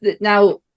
now